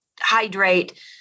hydrate